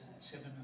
seven